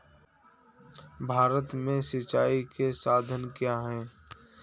भारत में सिंचाई के साधन क्या है?